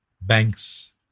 banks